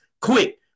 quick